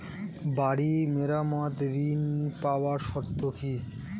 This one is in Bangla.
বাড়ি মেরামত ঋন পাবার শর্ত কি?